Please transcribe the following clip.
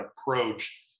approach